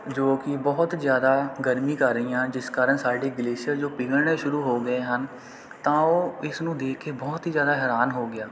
ਜੋ ਕਿ ਬਹੁਤ ਜ਼ਿਆਦਾ ਗਰਮੀ ਕਰ ਰਹੀਆਂ ਜਿਸ ਕਾਰਣ ਸਾਡੇ ਗਲੇਸ਼ੀਅਰ ਜੋ ਪਿਘਲਣੇ ਸ਼ੁਰੂ ਹੋ ਗਏ ਹਨ ਤਾਂ ਉਹ ਇਸ ਨੂੰ ਦੇਖ ਕੇ ਬਹੁਤ ਹੀ ਜ਼ਿਆਦਾ ਹੈਰਾਨ ਹੋ ਗਿਆ